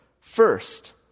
first